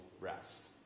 rest